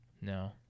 No